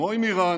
כמו עם איראן,